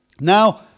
Now